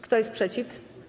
Kto jest przeciw?